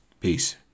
Peace